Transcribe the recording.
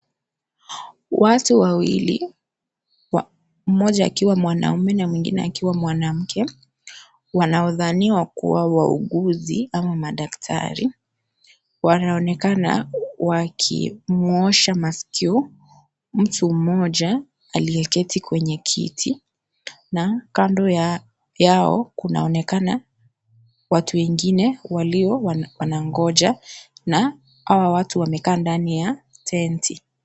Watu wawili, mmoja akiwa mwanamume na mwingine akiwa mwanamke, wanaodhaniwa kuwa wauguzi ama madaktari ,wanaonekana wakimwosha maskio, mtu mmoja aliyeketi kwenye kiti na kando ya yao kunaonekana watu wengine walio wanangoja na hawa watu wamekaa ndani ya tenti.